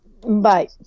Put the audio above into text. bye